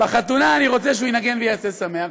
בחתונה אני רוצה שהוא ינגן ויעשה שמח.